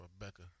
Rebecca